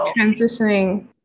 transitioning